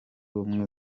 ubumwe